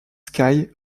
sky